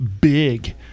big